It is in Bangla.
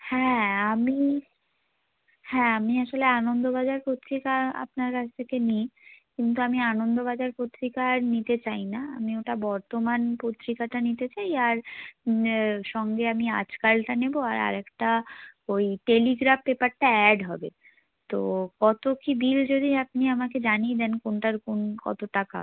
হ্যাঁ আমি হ্যাঁ আমি আসলে আনন্দবাজার পত্রিকা আপনার কাছ থেকে নিই কিন্তু আমি আনন্দবাজার পত্রিকা আর নিতে চাই না আমি ওটা বর্তমান পত্রিকাটা নিতে চাই আর সঙ্গে আমি আজকালটা নেব আর আরেকটা ওই টেলিগ্রাফ পেপারটা অ্যাড হবে তো কত কী বিল যদি আপনি আমাকে জানিয়ে দেন কোনটার কোন কত টাকা